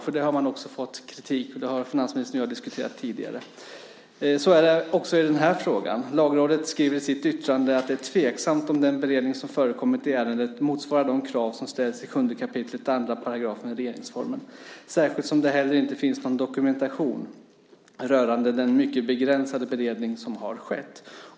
För det har man också fått kritik. Det har finansministern och jag diskuterat tidigare. Så är det också i den här frågan. Lagrådet skriver i sitt yttrande att det är tveksamt om den beredning som förekommit i ärendet motsvarar de krav som ställs i 7 kap. 2 § i regeringsformen, särskilt som det inte heller finns någon dokumentation rörande den mycket begränsade beredning som har skett.